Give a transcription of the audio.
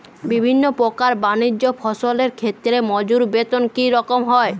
বিভিন্ন প্রকার বানিজ্য ফসলের ক্ষেত্রে মজুর বেতন কী রকম হয়?